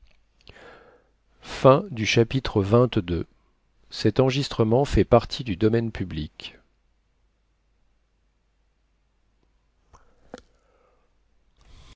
une partie du